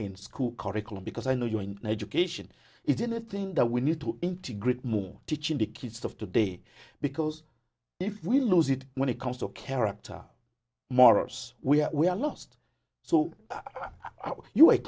in school curriculum because i know you're in education is in a thing that we need to integrate more teaching the kids of today because if we lose it when it comes to character morris we are we are lost so are you a